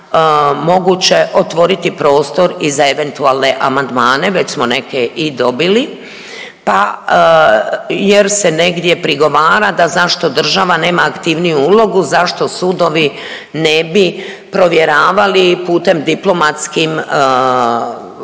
moguće otvoriti prostor i za eventualne amandmane, već smo neke i dobili, pa jer se negdje prigovara da zašto država nema aktivniju ulogu zašto sudovi ne bi provjeravali putem diplomatskim ove